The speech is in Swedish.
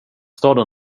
staden